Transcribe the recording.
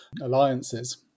alliances